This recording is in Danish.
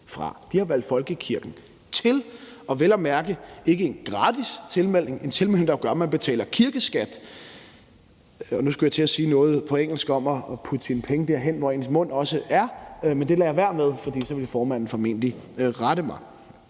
De har valgt folkekirken til, og det er vel at mærke ikke en gratis tilmelding, men en tilmelding, der gør, at man betaler kirkeskat. Nu skulle jeg til at sige noget på engelsk om at putte sine penge derhen, hvor ens mund også er, men det lader jeg være med, for så ville formanden formentlig rette mig.